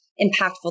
impactful